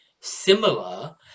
similar